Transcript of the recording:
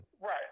Right